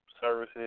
services